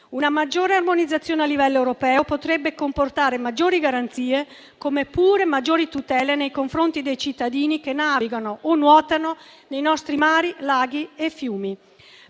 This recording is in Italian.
Una maggiore armonizzazione a livello europeo potrebbe comportare maggiori garanzie come pure maggiori tutele nei confronti dei cittadini che navigano o nuotano nei nostri mari, laghi e fiumi.